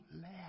laugh